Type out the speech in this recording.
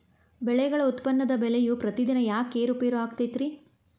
ಬೆಳೆಗಳ ಉತ್ಪನ್ನದ ಬೆಲೆಯು ಪ್ರತಿದಿನ ಯಾಕ ಏರು ಪೇರು ಆಗುತ್ತೈತರೇ?